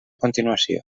continuació